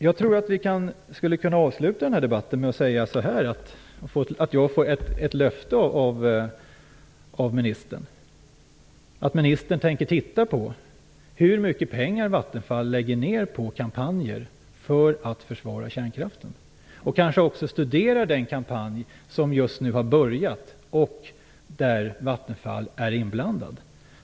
Jag tror att vi skulle kunna avsluta den här debatten med att säga att jag får ett löfte av ministern, att ministern tänker ta reda på hur mycket pengar Vattenfall lägger ned på kampanjer för att försvara kärnkraften och kanske också studera den kampanj som just nu har börjat, där Vattenfall är inblandat.